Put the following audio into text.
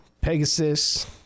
Pegasus